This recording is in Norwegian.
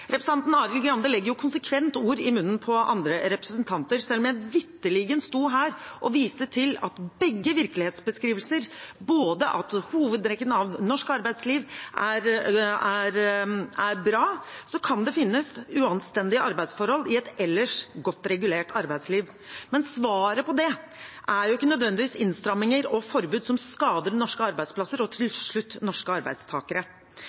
Representanten Arild Grande legger konsekvent ord i munnen på andre representanter, selv om jeg vitterlig sto her og viste til begge virkelighetsbeskrivelser – både at hovedtrekkene i norsk arbeidsliv er bra, og at det kan finnes uanstendige arbeidsforhold i et ellers godt regulert arbeidsliv. Men svaret på det er ikke nødvendigvis innstramminger og forbud som skader norske arbeidsplasser – og til slutt norske arbeidstakere.